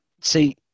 see